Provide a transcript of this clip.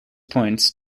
points